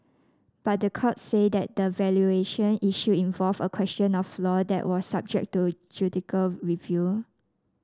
but the court said that the valuation issue involved a question of law that was subject to judicial review